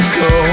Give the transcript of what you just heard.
go